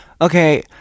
Okay